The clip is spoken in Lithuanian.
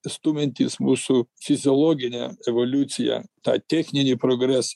stumiantys mūsų fiziologinę evoliuciją tą techninį progresą